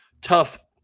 tough